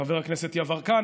חבר הכנסת יברקן,